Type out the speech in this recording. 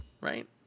right